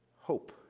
hope